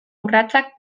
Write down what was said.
urratsak